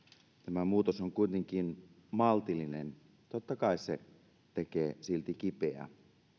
tämä muutos on kuitenkin maltillinen totta kai se tekee silti kipeää